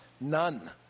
None